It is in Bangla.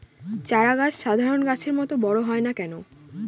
চারা গাছ সাধারণ গাছের মত বড় হয় না কেনো?